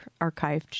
archived